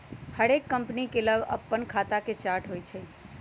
हरेक कंपनी के लग अप्पन खता के चार्ट होइ छइ